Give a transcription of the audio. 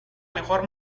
mejor